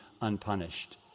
unpunished